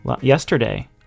yesterday